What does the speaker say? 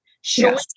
showing